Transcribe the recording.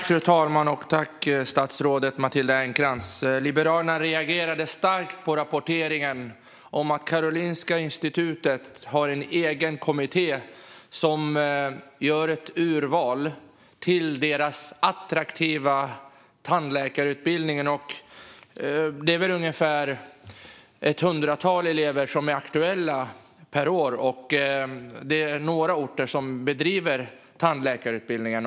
Fru talman! Jag tackar statsrådet Matilda Ernkrans. Liberalerna reagerade starkt på rapporteringen om att Karolinska institutet har en egen kommitté som gör ett urval till KI:s attraktiva tandläkarutbildning. Det är ett hundratal elever som är aktuella per år, och det är några orter som bedriver tandläkarutbildningen.